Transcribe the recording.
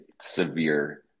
severe